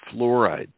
fluoride